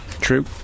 true